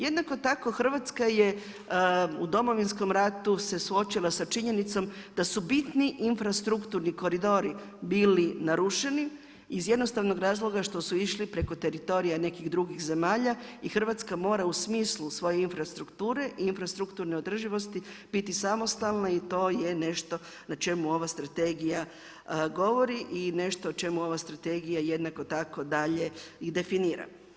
Jednako tako, Hrvatska je u Domovinskom ratu se suočila sa činjenicom da su bitni infrastrukturni koridori bili narušeni iz jednostavnog razloga što išli preko teritorija nekih drugih zemalja i Hrvatska mora u smislu svoje infrastrukture i infrastrukturne održivosti biti samostalne i to je nešto na čemu ova strategija govori i nešto o čemu ova strategija jednako tako dalje i definira.